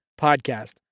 podcast